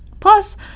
Plus